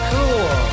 Cool